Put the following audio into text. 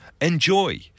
Enjoy